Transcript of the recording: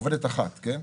עובדת אחת, כן?